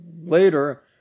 later